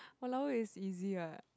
!walao! eh is easy what